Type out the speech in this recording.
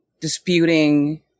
disputing